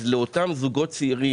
אז לאותם זוגות צעירים,